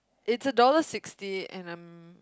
it's a dollar sixty and I'm